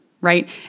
right